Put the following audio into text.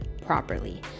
properly